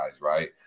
right